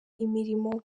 imirimo